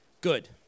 good